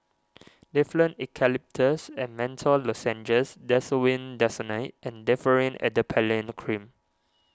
Difflam Eucalyptus and Menthol Lozenges Desowen Desonide and Differin Adapalene Cream